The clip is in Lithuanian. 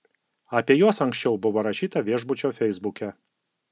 apie juos anksčiau buvo rašyta viešbučio feisbuke